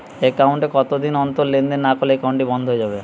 Account এ কতদিন অন্তর লেনদেন না করলে একাউন্টটি কি বন্ধ হয়ে যাবে?